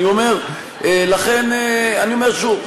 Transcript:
אני אומר, לכן אני אומר שוב.